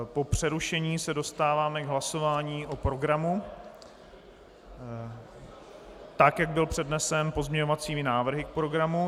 Po přerušení se dostáváme k hlasování o programu, tak jak byl přednesen pozměňovacími návrhy k programu.